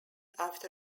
after